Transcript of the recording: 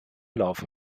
laufen